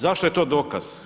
Zašto je to dokaz?